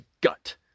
gut